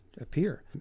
appear